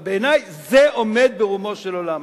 אבל בעיני זה עומד ברומו של עולם.